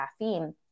caffeine